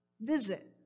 visit